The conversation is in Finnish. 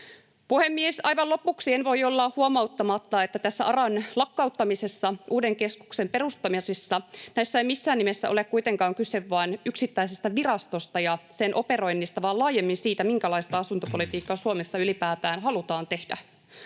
Puhemies! Aivan lopuksi en voi olla huomauttamatta, että tässä ARAn lakkauttamisessa ja uuden keskuksen perustamisessa ei missään nimessä ole kuitenkaan kyse vain yksittäisestä virastosta ja sen operoinnista vaan laajemmin siitä, minkälaista asuntopolitiikkaa Suomessa ylipäätään halutaan tehdä.